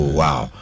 wow